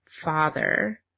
father